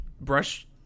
brush